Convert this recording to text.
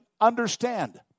understand